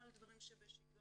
או על דברים שבשגרה,